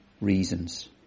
reasons